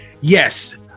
yes